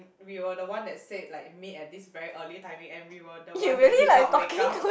we were the one that said like meet at this very early timing and we were the ones that did not wake up